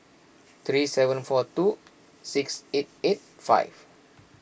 three seven four two six eight eight five